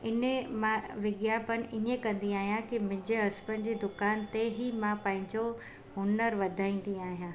इने मां विज्ञापन ईअं कंदी आहियां की मुंहिंजे हस्बैंड जी दुकान ते ई मां पंहिंजो हुनर वधाईंदी आहियां